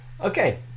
okay